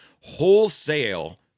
wholesale